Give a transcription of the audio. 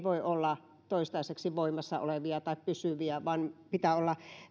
voi olla toistaiseksi voimassa olevaa tai pysyvää vaan sen pitää olla